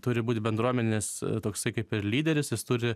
turi būti bendruomenės toksai kaip ir lyderis jis turi